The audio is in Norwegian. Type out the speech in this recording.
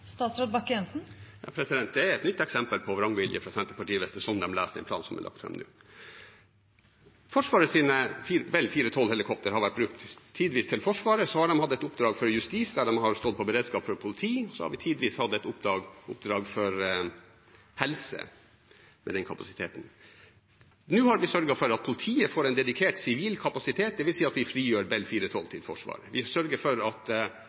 Det er et nytt eksempel på vrangvilje fra Senterpartiet hvis det er sånn de leser den planen som er lagt fram nå. Forsvarets Bell 412-helikopter har vært brukt tidvis til Forsvaret. De har hatt et oppdrag for justis, der de har stått i beredskap for politiet, og de har tidvis hatt oppdrag for helse – med den kapasiteten. Nå har vi sørget for at politiet får en dedikert sivil kapasitet, dvs. at vi frigjør Bell 412 til Forsvaret. Vi sørger for at